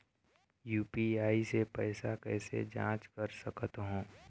UPI से पैसा कैसे जाँच कर सकत हो?